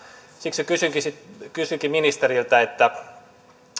siksi kysynkin ministeriltä